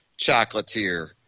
chocolatier